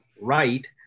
right